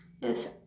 Yes